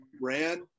brand